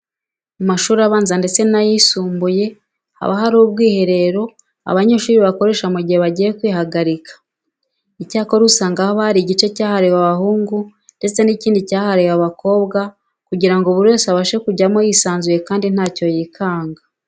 Mu mashuri abanza ndetse n'ayisumbuye haba hari ubwiherero abanyeshuri bakoresha mu gihe bagiye kwihagarika. Icyakora usanga haba hari igice cyahariwe abahungu ndetse n'ikindi cyahariwe abakobwa kugira ngo buri wese abashe kujyamo yisanzuye kandi ntacyo yikanga.